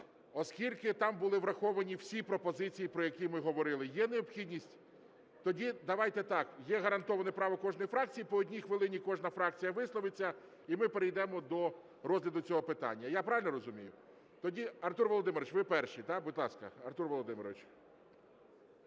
оскільки там були враховані всі пропозиції, про які ми говорили, є необхідність… Тоді давайте так, є гарантоване право кожної фракції, по одній хвилині кожна фракція висловиться і ми перейдемо до розгляду цього питання. Я правильно розумію? Тоді, Артур Володимирович, ви перші, так? Будь ласка,